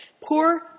Poor